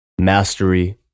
mastery